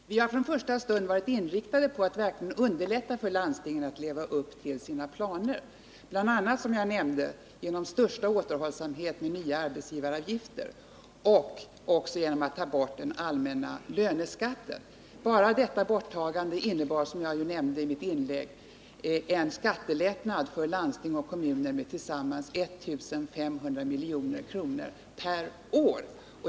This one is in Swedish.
Herr talman! Vi har från första stund verkligen varit inriktade på att underlätta för landstingen att leva upp till sina planer, som jag nämnde bl.a. genom största återhållsamhet med nya arbetsgivaravgifter och genom att ta bort den allmänna löneskatten. Bara detta borttagande innebar, som jag nämnde i mitt inlägg, en skattelättnad för landsting och kommuner med tillsammans 1 500 milj.kr. per år.